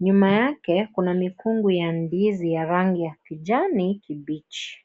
Nyuma yake kuna mikungu ya ndizi ya rangi ya kijani kibichi.